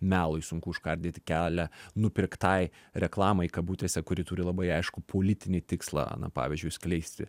melui sunku užkardyti kelią nupirktai reklamai kabutėse kuri turi labai aiškų politinį tikslą na pavyzdžiui skleisti